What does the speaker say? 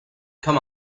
come